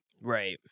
right